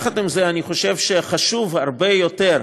עם זה, אני חושב שחשוב הרבה יותר,